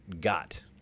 got